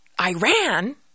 Iran